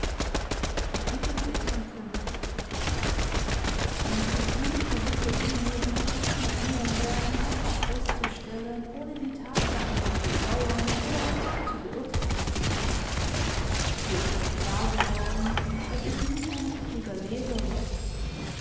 man tut gut gewisse dinge die sich nicht mehr ändern werden einfach festzustellen ohne die tatsachen zu bedauern oder auch nur zu beurteilen so ist mir klar geworden daß ich nie ein richtiger leser war